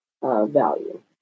value